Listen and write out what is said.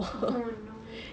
oh no